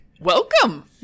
welcome